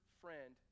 friend